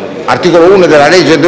del 2012, alla lettera *f)*,